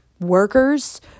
workers